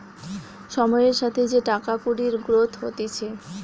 সময়ের সাথে যে টাকা কুড়ির গ্রোথ হতিছে